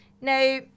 Now